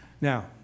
now